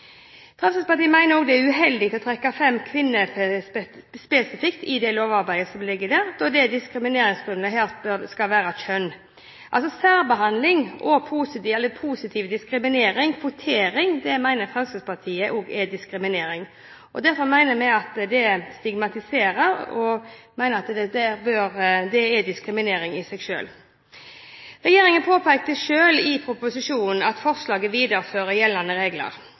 Fremskrittspartiet. Det blir også støttet av Diskrimineringslovutvalget. Fremskrittspartiet mener også det er uheldig å trekke fram kvinner spesifikt i det lovarbeidet som ligger der, da diskrimineringsgrunnlaget her skal være kjønn. Særbehandling, eller positiv diskriminering, kvotering, mener Fremskrittspartiet også er diskriminering. Derfor mener vi at det stigmatiserer, og at det er diskriminering i seg selv. Regjeringen påpeker selv i proposisjonen at forslaget viderefører gjeldende regler.